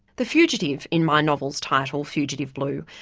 the fugitive in my novel's title, fugitive blue,